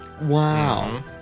Wow